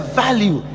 value